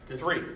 Three